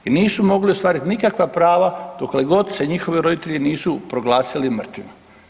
I nisu mogli ostvariti nikakva prava dokle god se njihovi roditelji nisu proglasili mrtvima.